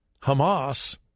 Hamas